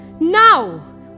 now